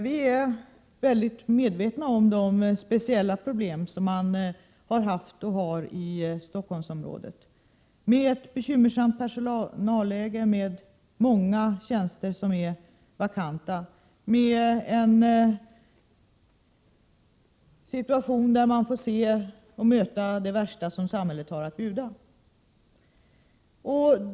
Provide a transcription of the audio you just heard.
Vi är mycket väl medvetna om de speciella problem som man har haft och har i Stockholmsområdet, med ett bekymmersamt personalläge, med många vakanta tjänster och med en situation där man får se och möta det värsta som samhället har att bjuda.